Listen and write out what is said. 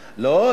לא,